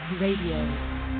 Radio